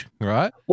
right